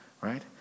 right